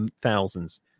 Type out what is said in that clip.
thousands